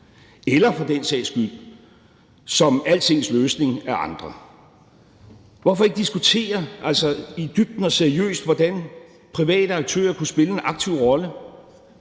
eller for den sags skyld dømt som altings løsning af andre? Hvorfor ikke diskutere, altså i dybden og seriøst, hvordan private aktører kunne spille en aktiv rolle